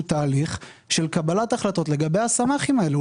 תהליך של קבלת החלטות לקבל הסמ"כים האלה.